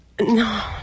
No